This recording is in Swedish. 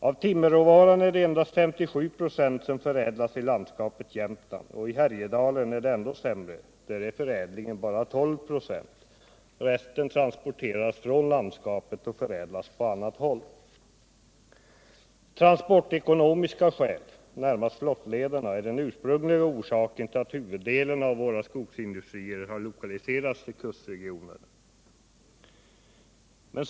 Av timmerråvaran är det endast '57 96 som förädlas inom landskapet Jämtland, och i Härjedalen är det ändå sämre — där är förädlingen bara 12 96; resten transporteras från landskapet och förädlas på annat håll. Transportekonomiska skäl — närmast flottlederna — är den ursprungliga orsaken till att huvuddelen av våra skogsindustrier har lokaliserats till Nr 107 kustregionerna.